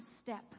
step